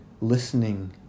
listening